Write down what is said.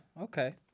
okay